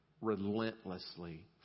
relentlessly